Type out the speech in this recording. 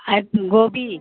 है गोभी